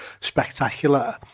spectacular